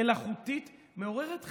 מלאכותית, מעוררת חמלה,